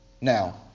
Now